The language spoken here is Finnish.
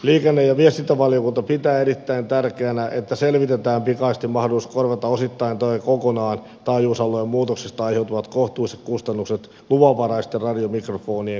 liikenne ja viestintävaliokunta pitää erittäin tärkeänä että selvitetään pikaisesti mahdollisuus korvata osittain tai kokonaan taajuusalueen muutoksesta aiheutuvat kohtuulliset kustannukset luvanvaraisten radiomikrofonien käyttäjille